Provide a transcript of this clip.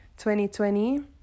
2020